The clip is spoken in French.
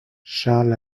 charles